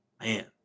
man